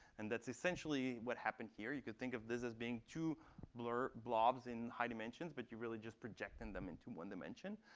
and that's essentially what happened here. you could think of this as being two blobs blobs in high dimensions. but you're really just projecting them into one dimension.